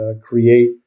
create